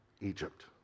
Egypt